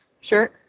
Sure